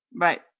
Right